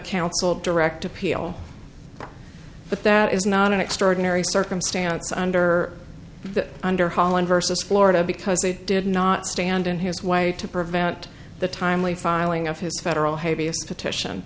counsel direct appeal but that is not an extraordinary circumstance under under holland versus florida because they did not stand in his way to prevent the timely filing of his federal petition